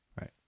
Right